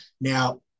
Now